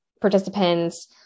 participants